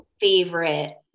favorite